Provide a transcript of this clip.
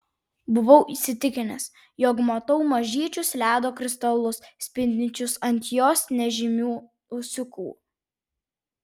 buvau įsitikinęs jog matau mažyčius ledo kristalus spindinčius ant jos nežymių ūsiukų